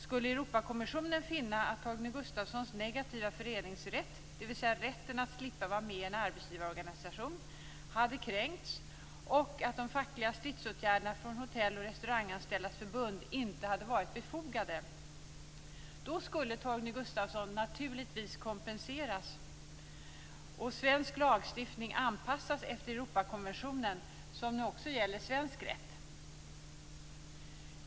Skulle Europakommissionen finna att Torgny Gustafssons negativa föreningsrätt, dvs. rätten att slippa vara med i en arbetsgivarorganisation, hade kränkts och att de fackliga stridsåtgärderna från Hotell och Restauranganställdas Förbund inte hade varit befogade skulle Torgny Gustafsson kompenseras och svensk lagstiftning anpassas efter Europakonventionen, som nu också gäller svensk rätt.